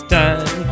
time